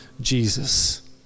Jesus